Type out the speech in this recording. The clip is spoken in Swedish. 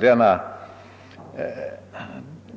tänka.